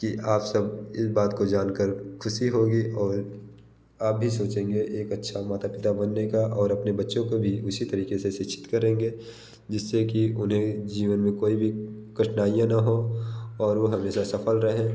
कि आप सब इस बात को जानकर ख़ुशी होगी और आप भी सोचेंगे एक अच्छे माता पिता बनने का और अपने बच्चे को भी उसी तरीक़े से शिक्षित करेंगे जिससे कि उन्हें जीवन में कोई भी कठिनाइयाँ ना हो और वो हमेशा सफल रहें